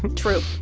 true.